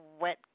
wet